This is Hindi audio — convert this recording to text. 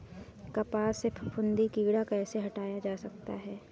कपास से फफूंदी कीड़ा कैसे हटाया जा सकता है?